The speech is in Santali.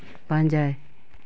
ᱯᱟᱸᱡᱟᱭ